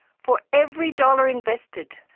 for every dollar invested,